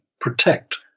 protect